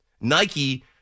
Nike